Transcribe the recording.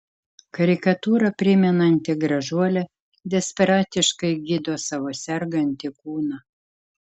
karikatūrą primenanti gražuolė desperatiškai gydo savo sergantį kūną